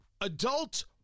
Adult